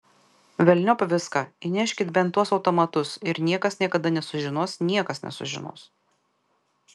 velniop viską įneškit bent tuos automatus ir niekas niekada nesužinos niekas nesužinos